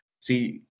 see